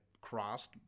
crossed